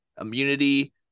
immunity